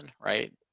right